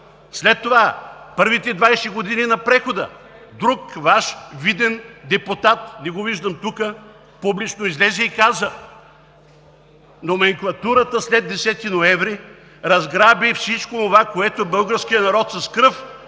След това. Първите 20 години на прехода – друг Ваш виден депутат, не го виждам тук – публично излезе и каза: „Номенклатурата след 10-и ноември разграби всичко онова, което българският народ с кръв